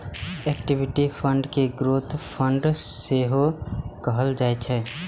equity fund कें growth fund सेहो कहल जाइ छै